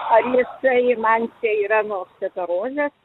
ar jisai man čia yra nuo osteperozės